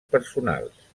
personals